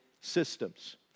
systems